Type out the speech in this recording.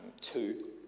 two